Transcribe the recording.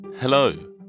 Hello